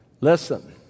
Listen